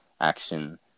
action